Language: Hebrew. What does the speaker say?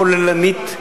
כוללנית,